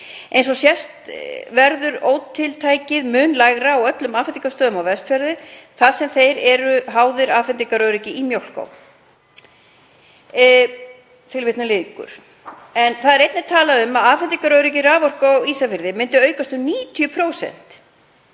Eins og sést verður ótiltækið mun lægra á öllum afhendingarstöðum á Vestfjörðum, þar sem þeir eru allir háðir afhendingarörygginu í Mjólká.“ Það er einnig talað um að afhendingaröryggi raforku á Ísafirði myndi aukast um 90%